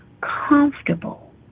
comfortable